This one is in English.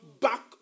back